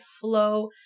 flow